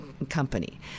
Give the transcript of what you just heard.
company